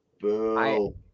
Boom